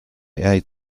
ate